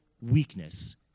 weakness